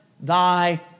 Thy